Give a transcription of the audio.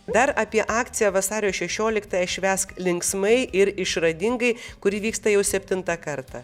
dar apie akciją vasario šešioliktąją švęsk linksmai ir išradingai kuri vyksta jau septintą kartą